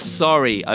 sorry